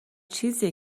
چیزیه